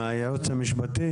היושב-ראש